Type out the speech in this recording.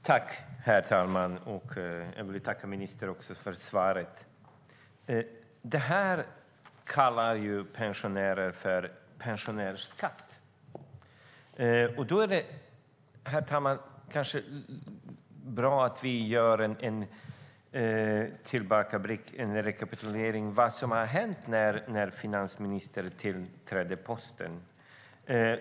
Herr talman! Jag vill tacka ministern för svaret. Pensionärer kallar skatten för pensionärsskatt. Därför kanske det är bra att göra en tillbakablick för att se vad som hänt sedan finansministern tillträdde sin post.